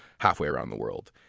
halfway around the world?